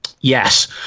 Yes